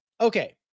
Okay